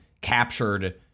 captured